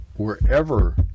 wherever